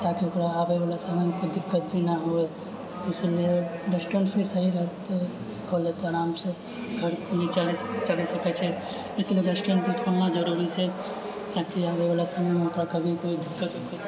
ताकि ओकरा आबैवला समयमे कोइ दिक्कत नहि होइ इसलियै रेस्टोरेन्ट भी सही जगह खोलै तऽ आरामसँ घरके भी चलै चलाइ सकै छै लेकिन ओहि रेस्टोरेन्टमे कुछ काम जरुरी छै ताकि आबैवला समयमे ओकरा कभी कोइ दिक्कत विक्कत